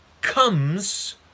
comes